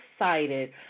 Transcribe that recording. excited